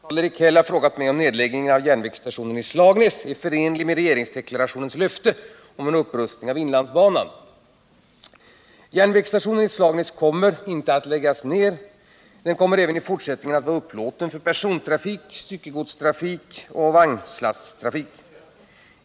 Herr talman! Karl-Erik Häll har frågat mig om nedläggningen av järnvägsstationen i Slagnäs är förenlig med regeringsdeklarationens löfte om en upprustning av inlandsbanan. Järnvägsstationen i Slagnäs kommer inte att läggas ned. Den kommer även i fortsättningen att vara upplåten för persontrafik, styckegodstrafik och vagnslasttrafik.